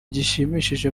gishimishije